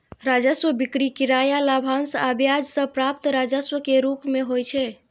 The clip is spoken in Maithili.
राजस्व बिक्री, किराया, लाभांश आ ब्याज सं प्राप्त राजस्व के रूप मे होइ छै